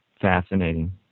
Fascinating